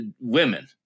women